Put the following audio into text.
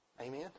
Amen